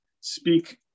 speak